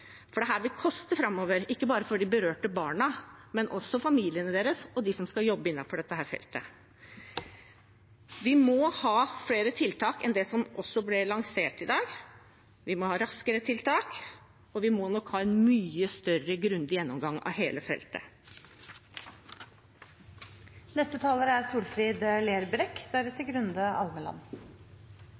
Det vil koste framover – ikke bare for de berørte barna, men også for familiene deres og dem som skal jobbe innenfor dette feltet. De må ha flere tiltak enn det som ble lansert i dag. Vi må ha raskere tiltak, og vi må ha en mye større, grundig gjennomgang av hele